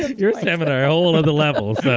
your salmon are a whole other levels.